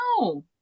no